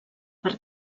per